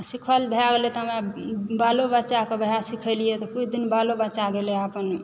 आ सिखल भए गेलय तऽ हमरा बालो बच्चाकेँ वएह सिखेलियै तऽ किछु दिन बालो बच्चा गेलय अपन